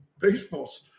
baseball's